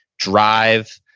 drive,